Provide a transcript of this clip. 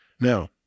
Now